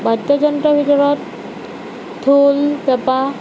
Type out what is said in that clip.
বাদ্যযন্ত্ৰৰ ভিতৰত ঢোল পেঁপা